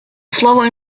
слово